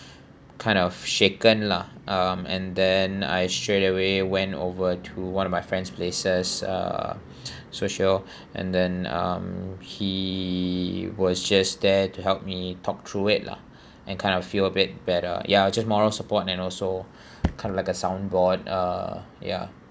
kind of shaken lah um and then I straight away went over to one of my friend's places uh social and then um he was just there to help me talk through it lah and kind of feel a bit better ya just moral support and and also kind of like a sound board uh ya